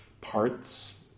parts